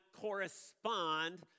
correspond